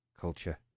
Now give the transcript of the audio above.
culture